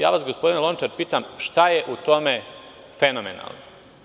Ja vas, gospodine Lončar, pitam šta je u tome fenomenalno?